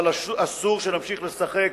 אבל אסור שנמשיך לשחק